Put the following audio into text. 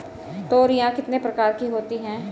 तोरियां कितने प्रकार की होती हैं?